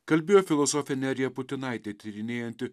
kalbėjo filosofė nerija putinaitė tyrinėjanti